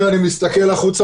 היינו שמחים